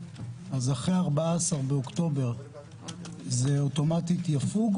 אז אחרי 14 באוקטובר זה אוטומטית יפוג,